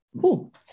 Cool